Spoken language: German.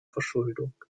verschuldung